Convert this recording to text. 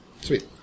Sweet